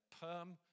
Perm